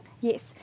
Yes